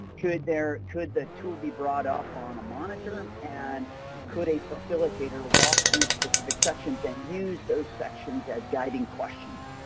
could there, could the tool be brought up on a monitor and could a facilitator walkthrough specific sections and use those sections as guiding questions?